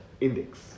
index